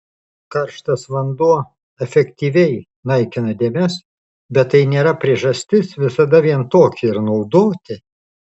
karštas vanduo efektyviai naikina dėmes bet tai nėra priežastis visada vien tokį ir naudoti